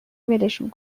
ولشون